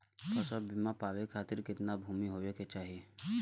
फ़सल बीमा पावे खाती कितना भूमि होवे के चाही?